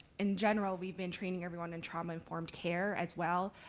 in general we've been training everyone in trauma informed care as well,